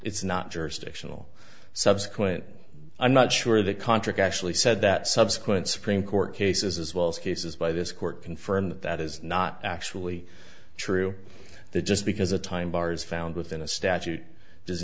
it's not jurisdictional subsequent i'm not sure the contract actually said that subsequent supreme court cases as well as cases by this court confirm that that is not actually true that just because a time bars found within a statute does